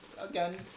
again